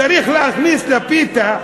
צריך להכניס לפיתה,